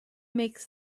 makes